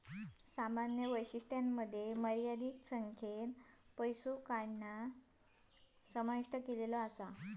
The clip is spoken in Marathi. सामान्य वैशिष्ट्यांत मर्यादित संख्येन पैसो काढणा समाविष्ट असा